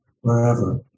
wherever